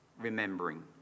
Remembering